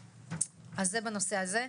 אז זה בנושא הזה.